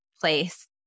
place